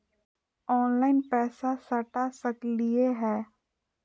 Online पैसा सटा सकलिय है?